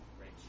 right